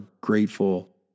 grateful